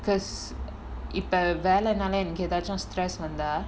because இப்ப வேலநாளே எனக்கு எதாச்சும்:ippa velanaala enakku ethachum stress வந்தா:vanthaa